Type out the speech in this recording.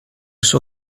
suo